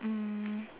um